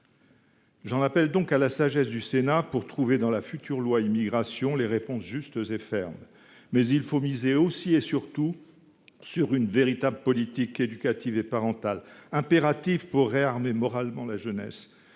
J’en appelle donc à la sagesse du Sénat pour trouver, dans la future loi Immigration, les réponses justes et fermes. Reste qu’il faut miser aussi et surtout sur une véritable politique éducative et parentale, impérative pour réarmer moralement la jeunesse.